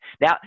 Now